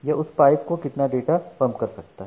यह उस पाइप को कितना डेटा पंप कर सकता है